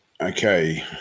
Okay